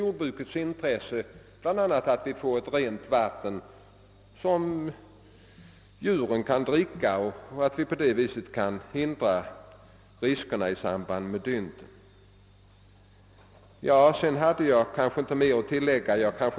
Jordbrukarna är angelägna om att det finns rent vatten som djuren kan dricka utan att behöva utsättas för de risker som dyntförekomsten medför.